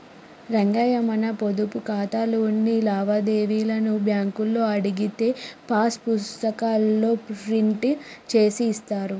రంగయ్య మన పొదుపు ఖాతాలోని లావాదేవీలను బ్యాంకులో అడిగితే పాస్ పుస్తకాల్లో ప్రింట్ చేసి ఇస్తారు